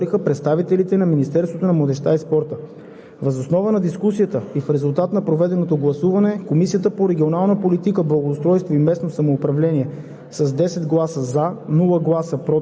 В хода на дискусията от членове на Комисията бяха поставени въпроси и коментирани теми, свързани с реалното финансово подпомагане на младите хора, на които отговориха представителите на Министерството